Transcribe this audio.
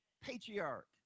Patriarch